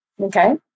okay